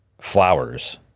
flowers